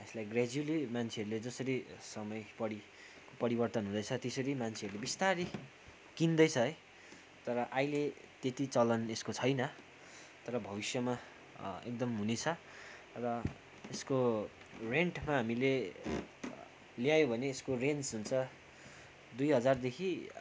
यसलाई ग्र्याजुवल्ली मान्छेहरूले जसरी समय परी परिवर्तन हुँदैछ त्यसरी मान्छेहरूले बिस्तारै किन्दैछ है तर अहिले त्यति चलन यसको छैन तर भविष्यमा एकदम हुनेछ र यसको रेन्टमा हामीले ल्यायो भने यसको रेन्ज हुन्छ दुई हजारदेखि